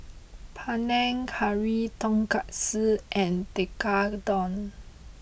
Panang Curry Tonkatsu and Tekkadon